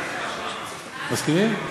מסכימים?